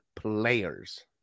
Players